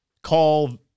call